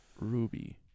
Ruby